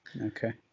okay